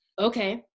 okay